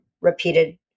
repeated